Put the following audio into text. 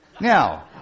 Now